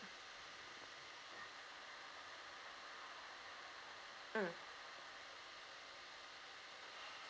mm